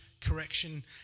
correction